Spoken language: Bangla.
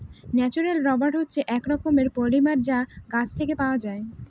ন্যাচারাল রাবার হচ্ছে এক রকমের পলিমার যা গাছ থেকে পাওয়া যায়